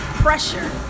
Pressure